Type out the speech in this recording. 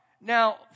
Now